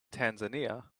tanzania